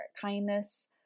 kindness